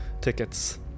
tickets